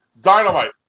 Dynamite